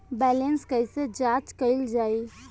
Balance कइसे जांच कइल जाइ?